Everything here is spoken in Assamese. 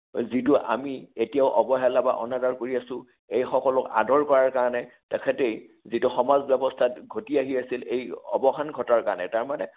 যিটো আমি এতিয়াও অৱহেলা বা অনাদৰ কৰি আছোঁ এই সকলক আদৰ কৰাৰ কাৰণে তেখেতে যিটো সমাজ ব্যৱস্থাত ঘটি আহি আছিল এই অৱসান ঘটাৰ কাৰণে তাৰমানে